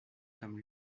comme